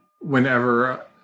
Whenever